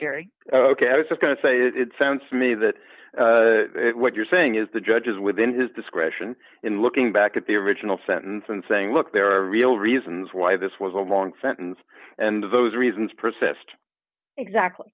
jerry ok i was just going to say it sounds to me that what you're saying is the judge is within his discretion in looking back at the original sentence and saying look there are real reasons why this was a long sentence and those reasons persist exactly